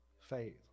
faith